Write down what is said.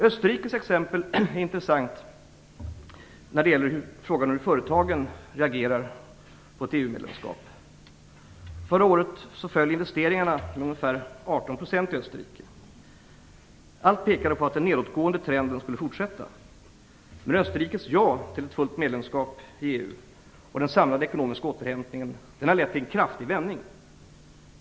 Österrikes exempel är intressant när det gäller frågan hur företagen reagerar på ett EU-medlemskap. Förra året föll investeringarna med ungefär 18 % i Österrike. Allt pekade på att den nedåtgående trenden skulle fortsätta. Med Österrikes ja till ett fullt medlemskap i EU och den samlade ekonomiska återhämtningen har lett till en kraftig vändning.